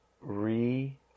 Re